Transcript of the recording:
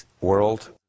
world